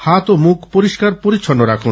হাত ও মুখ পরিস্কার পরিচ্ছন্ন রাখুন